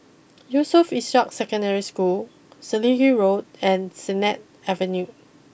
Yusof Ishak Secondary School Selegie Road and Sennett Avenue